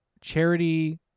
charity